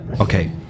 Okay